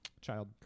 child